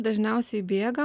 dažniausiai bėgam